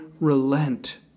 relent